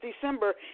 December